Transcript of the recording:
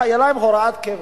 היתה להם הוראת קבע.